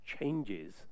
changes